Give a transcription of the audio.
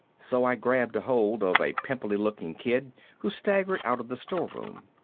so i grabbed ahold of a pimply looking kid who staggered out of the storeroom.